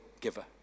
giver